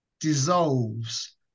dissolves